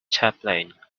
chaplain